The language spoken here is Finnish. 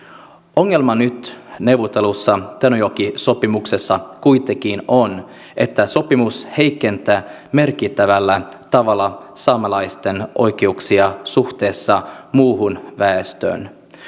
ongelma nyt neuvotellussa tenojoki sopimuksessa kuitenkin on että sopimus heikentää merkittävällä tavalla saamelaisten oikeuksia suhteessa muuhun väestöön